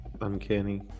Uncanny